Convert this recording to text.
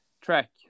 track